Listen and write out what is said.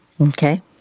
Okay